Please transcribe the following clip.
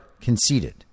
conceded